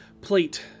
plate